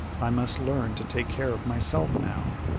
i must learn to take care of myself now.